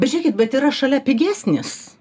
bet žiūrėkit bet yra šalia pigesnis